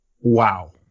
wow